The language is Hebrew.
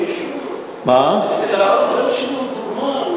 זה רק בשביל הדוגמה,